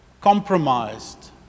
compromised